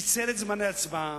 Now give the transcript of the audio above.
קיצר את זמני ההצבעה,